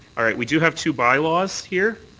all right. we do have two bylaws here.